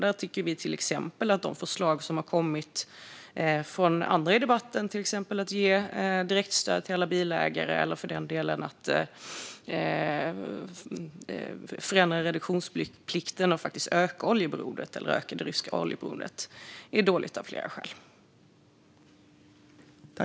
Vi tycker att de förslag som har kommit från andra i debatten om till exempel att ge direktstöd till alla bilägare eller att förändra reduktionsplikten och faktiskt öka det ryska oljeberoendet är dåliga, av flera skäl.